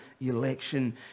election